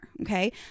Okay